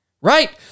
right